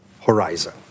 horizon